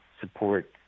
support